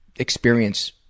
experience